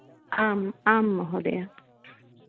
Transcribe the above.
आम् आं महोदय